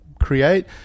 create